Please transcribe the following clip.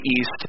east